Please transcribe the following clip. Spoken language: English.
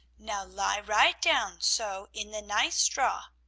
now lie right down, so, in the nice straw!